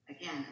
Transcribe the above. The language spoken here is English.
Again